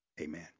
Amen